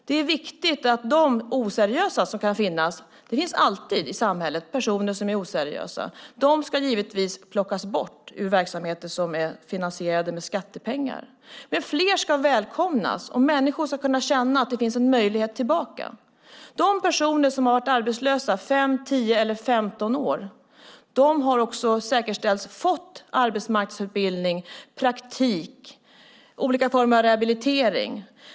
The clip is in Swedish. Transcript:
Det är viktigt att de oseriösa som kan finnas - det finns alltid, i samhället, personer som är oseriösa - plockas bort ur verksamheter som är finansierade med skattepengar. Men fler ska välkomnas, och människor ska kunna känna att det finns en möjlighet att komma tillbaka. De personer som har varit arbetslösa i 5, 10 eller 15 år har också - det är säkerställt - fått arbetsmarknadsutbildning, praktik eller olika former av rehabilitering.